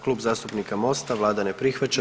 Klub zastupnika Mosta, vlada ne prihvaća.